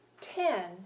ten